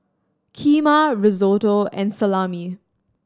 Kheema Risotto and Salami